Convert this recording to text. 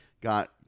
got